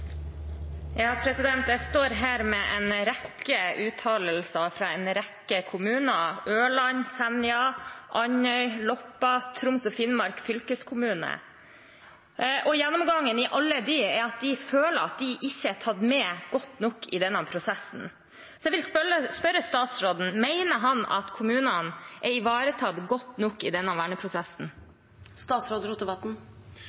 rekke uttalelser fra en rekke kommuner: Ørland, Senja, Andøy, Loppa, Troms og Finnmark fylkeskommune. Gjennomgående i alle dem er at de føler at de ikke er tatt godt nok med i denne prosessen. Jeg vil spørre statsråden: Mener han at kommunene er ivaretatt godt nok i denne